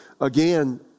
again